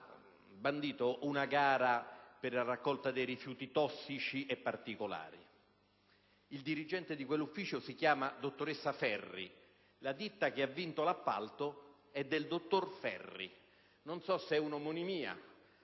bandito una gara per la raccolta dei rifiuti tossici e particolari. Il dirigente di quell'ufficio è la dottoressa Ferri e la ditta che ha vinto l'appalto è del dottor Ferri. Non so se si